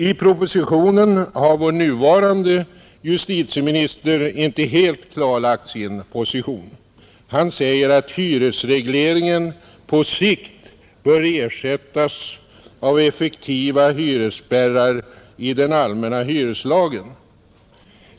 I propositionen har vår nuvarande justitieminister inte helt klarlagt sin position. Han säger att hyresregleringen ”på sikt bör ersättas av effektiva hyresspärrar i den allmänna hyreslagen”.